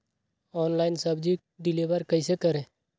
Online सब्जी deliver कैसे करें?